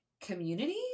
community